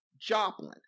Joplin